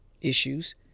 issues